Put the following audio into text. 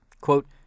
Quote